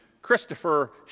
Christopher